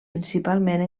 principalment